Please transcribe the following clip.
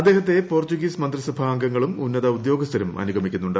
അദ്ദേഹത്തെ പോർച്ചുഗീസ് മന്ത്രിസഭാ അംഗങ്ങളും ഉന്നത ഉദ്യോഗസ്ഥരും അനുഗമിക്കുന്നുണ്ട്